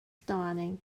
dawning